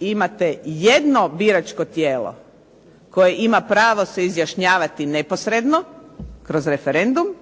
imate jedno biračko tijelo koje ima pravo se izjašnjavati neposredno kroz referendum